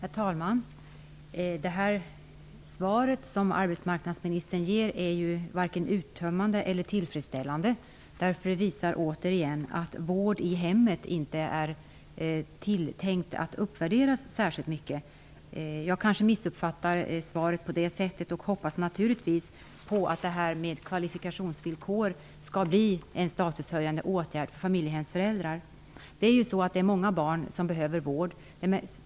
Herr talman! Det svar som arbetsmarknadsministern ger är varken uttömmande eller tillfredsställande. Det visar återigen att vård i hemmet inte är tänkt att uppvärderas särskilt mycket. Jag kanske missuppfattar svaret. Jag hoppas naturligtvis att de kvalifikationsvillkor som diskuteras skall bli en statushöjande åtgärd för familjehemsföräldrar. Många barn behöver vård.